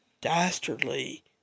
dastardly